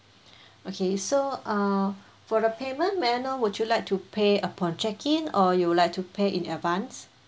okay so uh for the payment manner would you like to pay upon check-in or you would like to pay in advance